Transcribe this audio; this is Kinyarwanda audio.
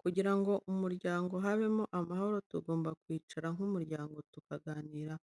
Kugira ngo mu muryango habemo amahoro tugomba kwicara nk'umuryango tukaganira,